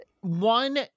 one